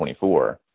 24